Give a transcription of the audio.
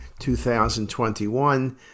2021